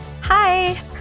Hi